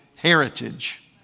heritage